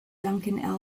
duncan